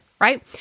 right